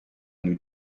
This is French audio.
nous